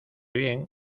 bien